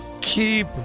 keep